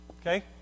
Okay